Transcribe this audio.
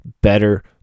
better